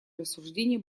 рассуждения